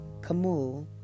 Kamul